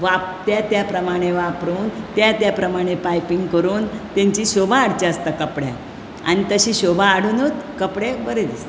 वाप त्या त्या प्रमाणे वापरून त्या त्या प्रमाणे पायपींग करून तेंची शोभा हाडची आसता कपडयाक आनी तशी शोभा हाडूनूत कपडे बरें दिसतात